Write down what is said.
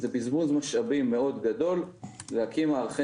זה בזבוז משאבים מאוד גדול להקים מערכי